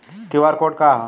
QR code का ह?